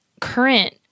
current